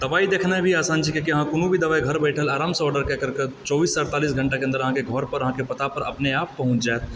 दबाइ देखने भी आसान छै किआकि अहाँ कोनो भी दबाइ अहाँ घरऽ बैठल आरामसँ ऑनलाइन ऑर्डर कयकरके चौबीससँ अठतालिस घण्टाकऽ अन्दर अहाँकऽ घरऽ पर अहाँकऽ पता पर अपने आप पहुँच जाइत